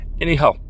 anyhow